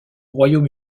royaume